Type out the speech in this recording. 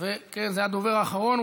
זה הדובר האחרון,